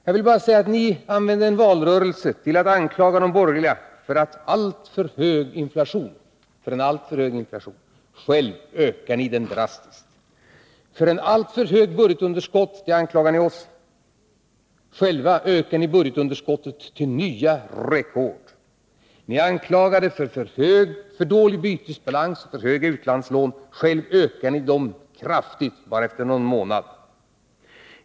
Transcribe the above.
Jag vill bara säga att ni använde valrörelsen till att anklaga de borgerliga för en alltför hög inflation — själva ökar ni den drastiskt. Ni anklagade oss för ett alltför stort budgetunderskott — själva ökar ni budgetunderskottet till nya rekord. Ni anklagade oss för en dålig bytesbalans och alltför stora utlandslån — själva ökar ni dem kraftigt bara efter någon månad.